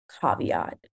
caveat